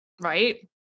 Right